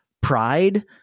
pride